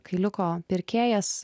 kailiuko pirkėjas